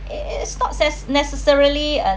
it's not nece~ necessarily uh